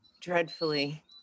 dreadfully